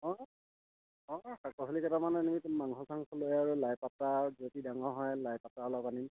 অঁ অঁ শাক পাচলিকেইটামান আনি মাংস চাংস লৈ আৰু লাইপাতা আৰু যদি ডাঙৰ হয় আৰু লাইপাতা অলপ আনিম